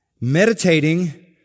meditating